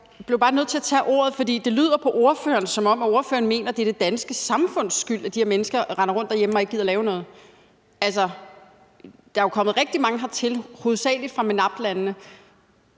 Jeg blev bare nødt til at tage ordet, fordi det lyder på ordføreren, som om ordføreren mener, at det er det danske samfunds skyld, at de her mennesker render rundt derhjemme og ikke gider at lave noget. Der er jo kommet rigtig mange hertil, hovedsagelig fra MENAPT-landene,